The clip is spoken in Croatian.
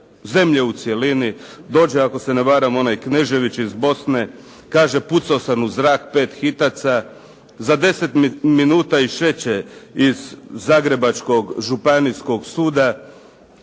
zemlje u cjelini. Dođe, ako se ne varam, onaj Knežević iz Bosne, kaže pucao sam u zrak 5 hitaca, za 10 minuta išeće iz zagrebačkog Županijskog suda,